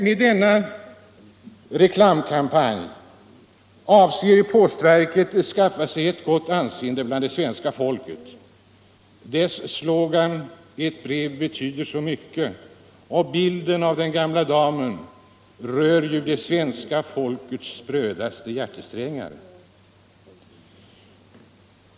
Med denna reklamkampanj avser postverket att skaffa sig ett gott anseende bland det svenska folket. Dess slogan, ”Ett brev betyder så mycket”, och bilden av den gamla damen rör ju vid det svenska folkets sprödaste hjärtesträngar!